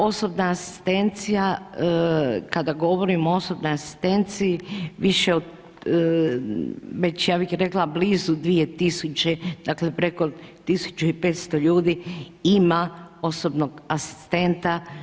Osobna asistencija, kada govorimo o osobnoj asistenciji više od, već ja bih rekla blizu 2000., dakle preko 1500 ljudi ima osobnog asistenta.